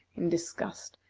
in disgust.